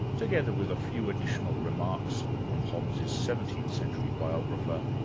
together with a few additional remarks from hobbes' seventeenth century biographer,